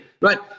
right